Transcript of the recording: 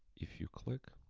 if you click